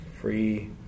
free